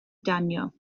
danio